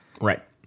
right